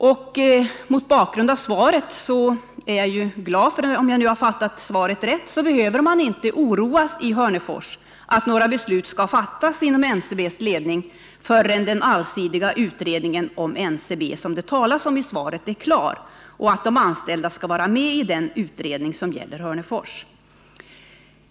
Om jag fattat svaret rätt behöver man i Hörnefors inte oroa sig för att några beslut kommer att fattas inom NCB:s ledning förrän den allsidiga utredning om NCB som det talas om i svaret är klar. Jag förutsätter också att de anställda kommer att vara representerade i den utredning som gäller Hörnefors.